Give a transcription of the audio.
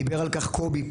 דיבר על כך קובי,